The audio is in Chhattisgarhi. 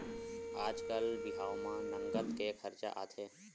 आजकाल बिहाव म नँगत के खरचा आथे